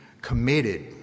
committed